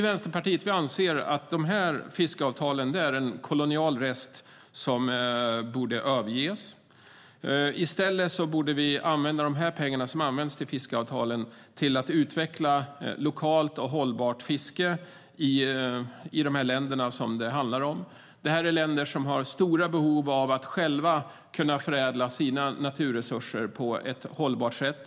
Vänsterpartiet anser att dessa fiskeavtal är en kolonial rest som borde överges. I stället borde pengarna som används till fiskeavtalen användas för att utveckla lokalt och hållbart fiske i dessa länder. Det här är länder som har stort behov av att själva kunna förädla sina naturresurser på ett hållbart sätt.